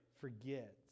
forget